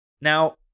Now-